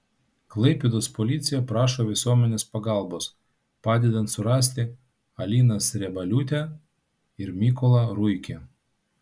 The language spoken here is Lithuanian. klaipėdos policija prašo visuomenės pagalbos padedant surasti aliną sriebaliūtę ir mykolą ruikį